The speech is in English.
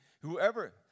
Whoever